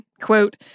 Quote